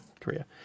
Korea